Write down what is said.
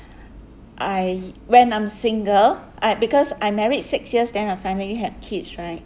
I when I'm single I because I married six years then I finally have kids right